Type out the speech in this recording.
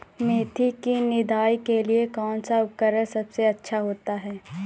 मेथी की निदाई के लिए कौन सा उपकरण सबसे अच्छा होता है?